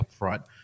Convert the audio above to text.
upfront